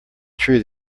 true